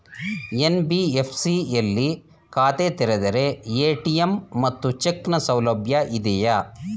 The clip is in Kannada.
ಎನ್.ಬಿ.ಎಫ್.ಸಿ ಯಲ್ಲಿ ಖಾತೆ ತೆರೆದರೆ ಎ.ಟಿ.ಎಂ ಮತ್ತು ಚೆಕ್ ನ ಸೌಲಭ್ಯ ಇದೆಯಾ?